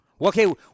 Okay